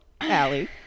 Allie